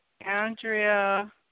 Andrea